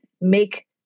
make